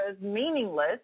meaningless